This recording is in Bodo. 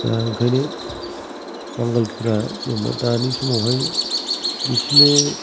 दा ओंखायनो बांगालफ्रा जेनोबा दानि समावहाय बिसोरनो